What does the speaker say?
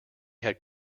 had